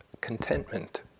contentment